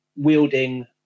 wielding